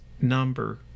number